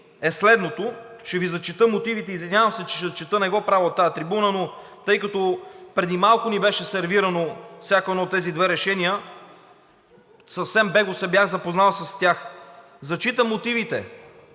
е следното – ще Ви зачета мотивите. Извинявам се, че ще чета – не го правя от тази трибуна, но тъй като преди малко ни беше сервирано всяко едно от тези две решения, съвсем бегло се бях запознал с тях. Зачитам мотивите: